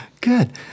good